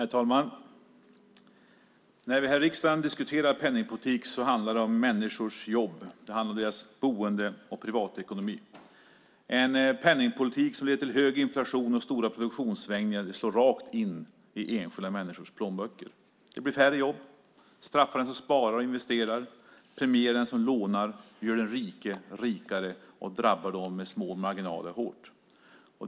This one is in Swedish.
Herr talman! När vi här i riksdagen diskuterar penningpolitik handlar det om människors jobb och om deras boende och privatekonomi. En penningpolitik som leder till hög inflation och stora produktionssvängningar slår rakt in i enskilda människors plånböcker. Det blir färre jobb. Det straffar den som sparar och investerar, premierar den som lånar, gör den rike rikare och drabbar dem med små marginaler hårt.